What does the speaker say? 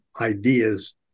ideas